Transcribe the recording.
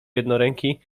jednoręki